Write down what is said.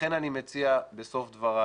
לכן אני מציע, בסוף דבריי,